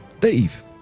Dave